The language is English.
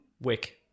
Wick